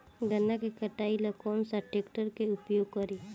गन्ना के कटाई ला कौन सा ट्रैकटर के उपयोग करी?